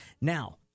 now